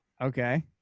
Okay